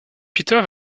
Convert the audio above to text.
peter